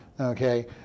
okay